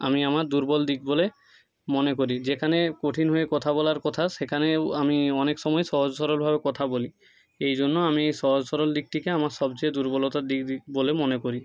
আমি আমার দুর্বল দিক বলে মনে করি যেখানে কঠিন হয়ে কথা বলার কথা সেখানেও আমি অনেক সময় সহজ সরলভাবে কথা বলি এই জন্য আমি এই সহজ সরল দিকটিকে আমার সবচেয়ে দুর্বলতার দিক দিক বলে মনে করি